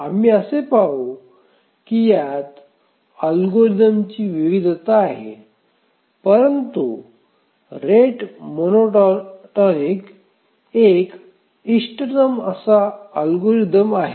आम्ही असे पाहू की यात अल्गोरिदमची विविधता आहे परंतु रेट मोनोटोनिक एक इष्टतम अल्गोरिदम आहे